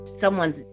someone's